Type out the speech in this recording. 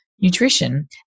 nutrition